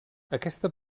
aquesta